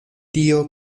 tio